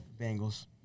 Bengals